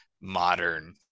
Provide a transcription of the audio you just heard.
modern